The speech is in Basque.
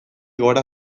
gora